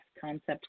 concept